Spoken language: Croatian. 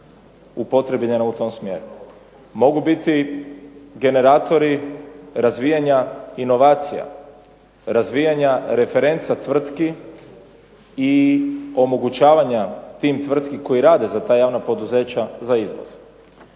upotrijebljena u tom smjeru. Mogu biti generatori razvijanja inovacija, razvijanja referenca tvrtki i omogućavanja tih tvrtki koja rade za ta javna poduzeća za izvoz.